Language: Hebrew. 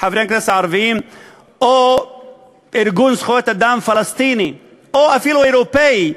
חברי הכנסת הערבים או ארגון זכויות אדם פלסטיני או אפילו אירופי,